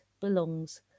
belongs